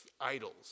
idols